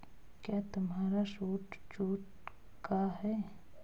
क्या तुम्हारा suit jute का है?